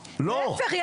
להיפך,